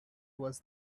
was